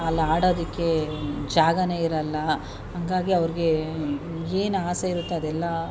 ಅಲ್ಲಿ ಆಡೋದಕ್ಕೇ ಜಾಗವೇ ಇರಲ್ಲ ಹಂಗಾಗಿ ಅವ್ರಿಗೆ ಏನು ಆಸೆ ಇರುತ್ತೆ ಅದೆಲ್ಲಾ